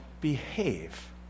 behave